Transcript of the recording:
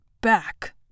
back